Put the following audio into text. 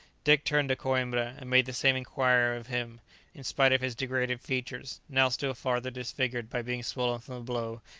dick turned to coimbra and made the same inquiry of him in spite of his degraded features, now still farther disfigured by being swollen from the blow,